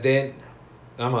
ரொம்ப வலியா:romba valiyaa